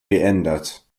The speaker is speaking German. geändert